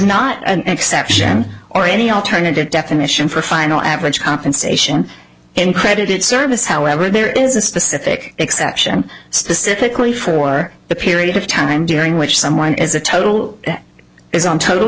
not an exception or any alternative definition for final average compensation in credit service however there is a specific exception specifically for the period of time during which someone is a total